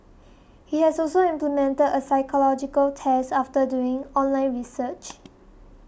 he has also implemented a psychological test after doing online research